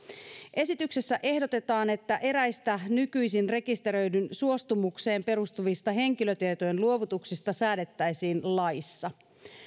esityksessä ehdotetaan että eräistä nykyisin rekisteröidyn suostumukseen perustuvista henkilötietojen luovutuksista säädettäisiin laissa